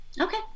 Okay